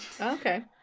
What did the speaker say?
Okay